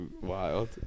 wild